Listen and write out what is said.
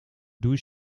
douche